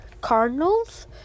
Cardinals